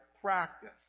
practice